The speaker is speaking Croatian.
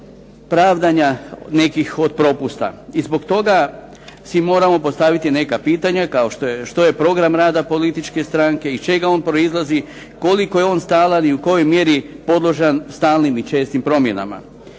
pravdanja nekih od propusta. I zbog toga si moramo postaviti neka pitanja kao što je što je program rada političke stranke, iz čega on proizlazi, koliko je on stalan i u kojoj mjeri podložan stalnim i čestim promjenama.